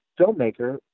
filmmaker